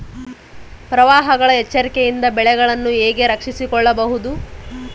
ಪ್ರವಾಹಗಳ ಎಚ್ಚರಿಕೆಯಿಂದ ಬೆಳೆಗಳನ್ನು ಹೇಗೆ ರಕ್ಷಿಸಿಕೊಳ್ಳಬಹುದು?